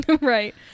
right